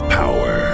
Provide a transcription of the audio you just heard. power